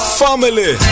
family